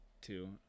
Two